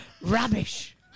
Rubbish